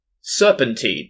Serpentine